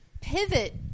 pivot